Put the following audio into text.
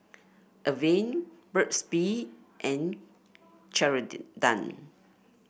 Avene Burt's Bee and